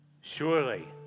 surely